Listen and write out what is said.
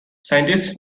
scientists